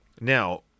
now